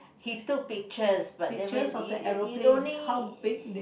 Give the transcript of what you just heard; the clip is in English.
he took pictures but then it it only